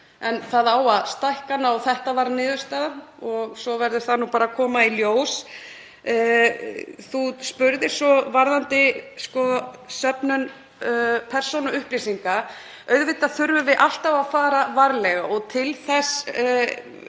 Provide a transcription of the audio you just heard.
en það á að stækka hana. Þetta varð niðurstaðan og svo verður það bara að koma í ljós. Hv. þingmaður spurði um söfnun persónuupplýsinga. Auðvitað þurfum við alltaf að fara varlega og til þess